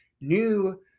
new